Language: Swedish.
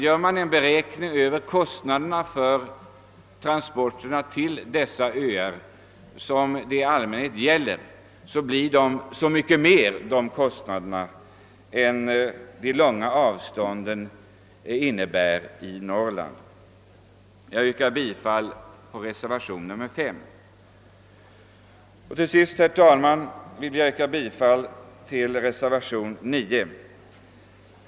Gör man en beräkning över kostnaderna för transporterna till de öar det i allmänhet gäller, visar det sig att dessa blir mycket högre än de kostnader de långa avstånden medför för Norrland. Jag yrkar därför bifall till reservation nr 5. Till sist vill jag, herr talman, yrka bifall till reservation nr 9.